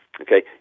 Okay